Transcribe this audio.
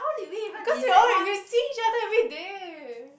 because we all lingui~ we see each other everyday